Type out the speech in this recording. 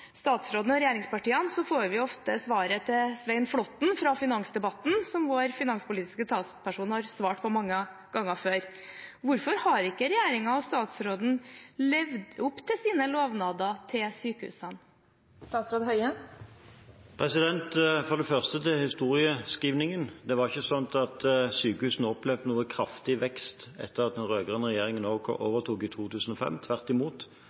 statsråden og regjeringspartiene, får vi ofte svaret til Svein Flåtten fra finansdebatten, som vår finanspolitiske talsperson har svart på mange ganger før. Hvorfor har ikke regjeringen og statsråden levd opp til sine lovnader til sykehusene? For det første til historieskrivningen: Det var ikke slik at sykehusene opplevde noen kraftig vekst etter at den rød-grønne regjeringen overtok i 2005. Tvert imot,